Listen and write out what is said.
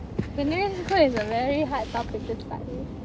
secondary school is a very hard topic to start with